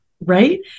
Right